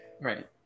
Right